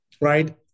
Right